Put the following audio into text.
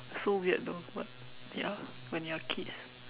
so weird though what ya when you are kids